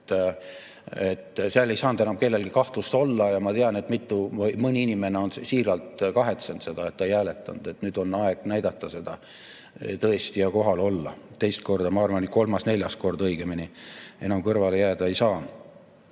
Seal ei saanud enam kellelgi kahtlust olla. Ma tean, et mõni inimene on siiralt kahetsenud seda, et ta ei hääletanud. Nüüd on aeg näidata seda tõesti ja kohal olla. Teist korda, ma arvan – kolmas-neljas kord, õigemini – enam kõrvale jääda ei saa.